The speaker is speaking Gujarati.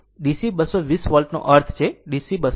જો તે DC 220 નો અર્થ છે DC 220